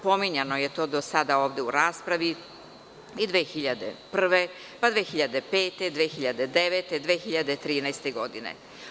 Pominjano je to do sada ovde u raspravi i 2001, 2005, 2009. i 2013. godine.